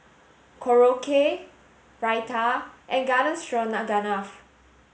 Korokke Raita and Garden Stroganoff